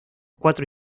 cuatro